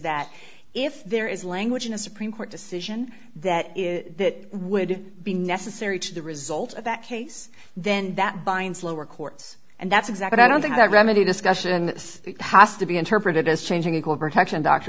that if there is language in a supreme court decision that is that would be necessary to the result of that case then that binds lower courts and that's exactly why don't think that remedy discussion has to be interpreted as changing equal protection doct